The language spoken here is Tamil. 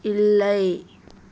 இல்லை